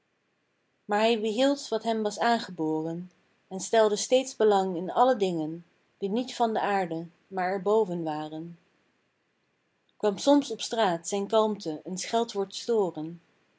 maar hij behield wat hem was aangeboren en stelde steeds belang in alle dingen die niet van de aarde maar er boven waren kwam soms op straat zijn kalmte een scheldwoord storen